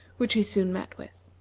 which he soon met with.